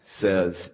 says